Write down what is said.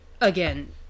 again